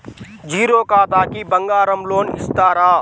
Zero ఖాతాకి బంగారం loan ఇస్తారా?